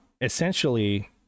essentially